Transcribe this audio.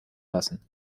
lassen